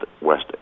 West